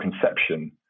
conception